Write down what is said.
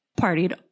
partied